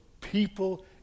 people